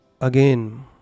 again